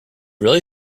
really